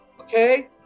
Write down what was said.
okay